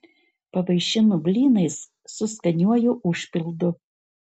pavaišino blynais su skaniuoju užpildu